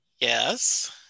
yes